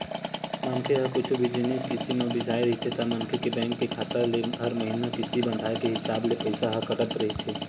मनखे ह कुछु भी जिनिस किस्ती म बिसाय रहिथे ता मनखे के बेंक के खाता ले हर महिना किस्ती बंधाय के हिसाब ले पइसा ह कटत रहिथे